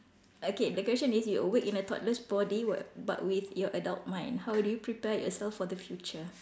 okay the question is you awake in a toddler's body what but with your adult mind how would you prepare yourself for the future